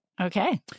Okay